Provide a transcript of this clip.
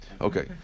Okay